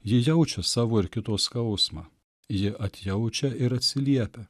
ji jaučia savo ir kito skausmą ji atjaučia ir atsiliepia